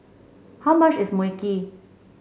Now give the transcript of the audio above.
how much is Mui Kee